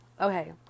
Okay